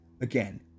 Again